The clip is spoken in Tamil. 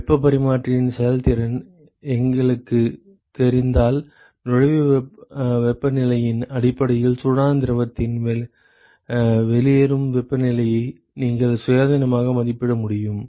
வெப்பப் பரிமாற்றியின் செயல்திறன் எங்களுக்குத் தெரிந்தால் நுழைவு வெப்பநிலையின் அடிப்படையில் சூடான திரவத்தின் வெளியேறும் வெப்பநிலையை நீங்கள் சுயாதீனமாக மதிப்பிட முடியும்